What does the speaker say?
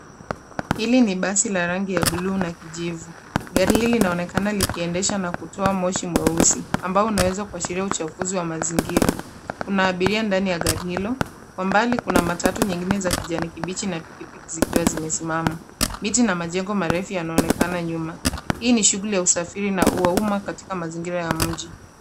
Hili ni basi la rangi ya buluu na kijivu. Gari hili linaonekana likiendesha na kutoa moshi mweusi ambao unaweza kuashiria uchafuzi wa mazingira. Kuna abiria ndani ya gari hilo. Kwa mbali kuna matatu nyingine za kijani kibichi na pikipiki zikiwa zimesimama. Miti na majengo marefu yanaonekana nyuma. Hii ni shughuli ya usafiri na uwauma katika mazingira ya mji.